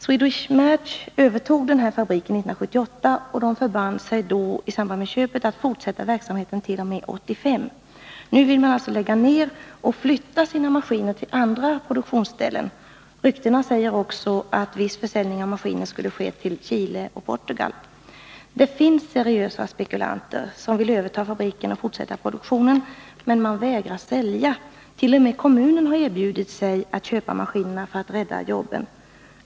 Swedish Match övertog denna fabrik 1978 och förband sig då i samband med köpet att fortsätta verksamheten t.o.m. år 1985. Nu vill man alltså lägga ner och flytta sina maskiner till andra produktionsställen. Ryktena säger också att viss försäljning av maskiner skulle ske till Chile och Portugal. Det finns seriösa spekulanter som vill överta fabriken och fortsätta produktionen, men man vägrar att sälja. T. o. m. kommunen har erbjudit sig 95 att köpa maskinerna för att rädda jobben.